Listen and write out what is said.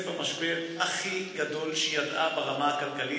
במשבר הכי גדול שידעה ברמה הכלכלית,